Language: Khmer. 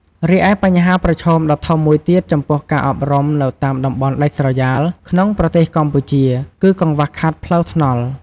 រីឯបញ្ហាប្រឈមដ៏ធំមួយទៀតចំពោះការអប់រំនៅតាមតំបន់ដាច់ស្រយាលក្នុងប្រទេសកម្ពុជា គឺកង្វះខាតផ្លូវថ្នល់។